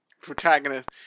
protagonist